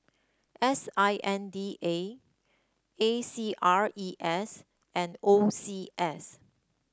S I N D A A C R E S and O C S